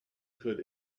could